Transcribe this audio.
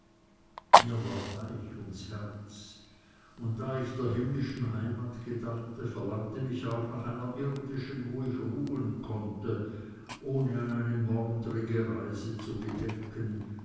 mir war weich ums herz und da ich der himmlischen heimat gedachte verlangte mich auch nach einer irdischen wo ich ruhen konnte ohne an eine morndrige reise zu gedenken